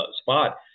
spot